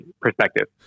perspective